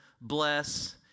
bless